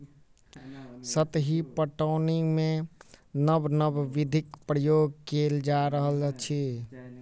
सतही पटौनीमे नब नब विधिक प्रयोग कएल जा रहल अछि